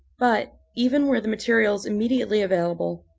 but even were the material immediately available,